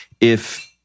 If-